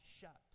shut